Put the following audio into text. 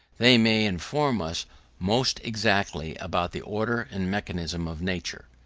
they may inform us most exactly about the order and mechanism of nature.